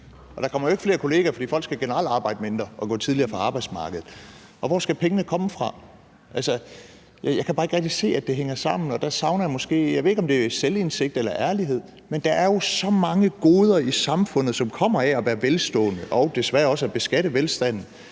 der kommer jo ikke flere kollegaer, fordi folk generelt skal arbejde mindre og gå tidligere fra arbejdsmarkedet. Og hvor skal pengene komme fra? Altså, jeg kan bare ikke rigtig se, at det hænger sammen, og der savner jeg måske, jeg ved ikke, om det er selvindsigt eller ærlighed. Men der er jo så mange goder i samfundet, som kommer af at være velstående og desværre også af at beskatte velstanden,